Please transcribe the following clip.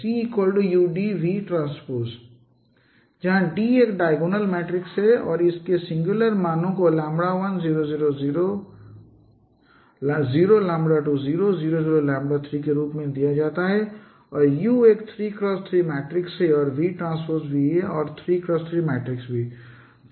CUDVT जहां D एक diagonal matrix है और इसके सिंगुलर मानों को 1 0 0 0 2 0 0 0 3 के रूप में दिया जाता है और U एक 3 x 3 मैट्रिक्स है और VT भी है 3x3 मैट्रिक्स भी